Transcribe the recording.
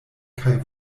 kaj